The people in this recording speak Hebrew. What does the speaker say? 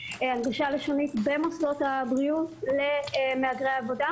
הנגשה לשונית במוסדות הבריאות למהגרי עבודה,